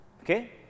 Okay